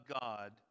God